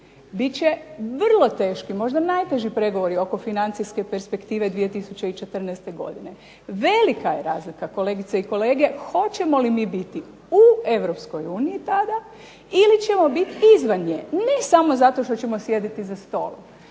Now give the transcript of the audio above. će vrlo teško, i možda najteži pregovori oko financijske perspektive 2014. godine, velika je razlika kolegice i kolege hoćemo li mi biti u Europskoj uniji tada ili ćemo biti izvan nje. Ne samo zato što ćemo sjediti za stolom,